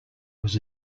was